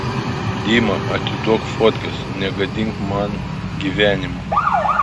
dima atiduok fotkes negadink man gyvenimo